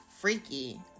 freaky